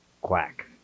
quack